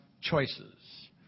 choices